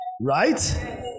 Right